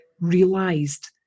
realised